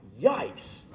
yikes